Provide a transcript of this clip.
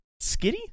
skitty